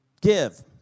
give